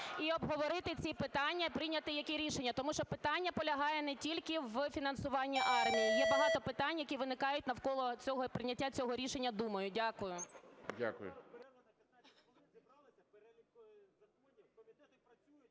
і обговорити ці питання, і прийняти які рішення. Тому що питання полягає не тільки в фінансуванні армії, є багато питань, які виникають навколо цього і прийняття цього рішення Думою. Дякую.